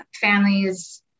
families